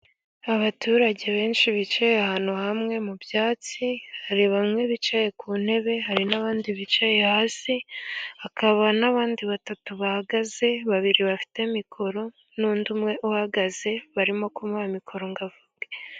Abaturage benshi bicaye ahantu hamwe mu byatsi, hari bamwe bicaye ku ntebe, hari n'abandi bicaye hasi, hakaba n'abandi batatu bahagaze, babiri bafite mikoro, n'undi umwe uhagaze, barimo kumuha mikoro ngo avuge.